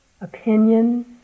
opinion